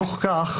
בתוך כך,